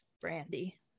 brandy